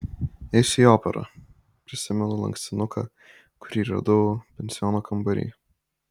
eisiu į operą prisimenu lankstinuką kurį radau pensiono kambary